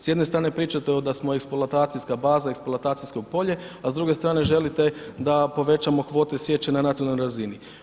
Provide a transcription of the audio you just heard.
S jedne strane pričate da smo eksploatacijska baza, eksploatacijsko polje, a s druge strane želite da povećamo kvote sječe na nacionalnoj razini.